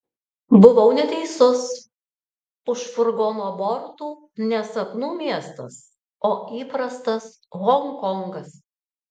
buvau neteisus už furgono bortų ne sapnų miestas o įprastas honkongas